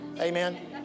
Amen